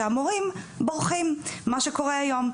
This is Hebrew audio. שהמורים בורחים, מה שקורה היום.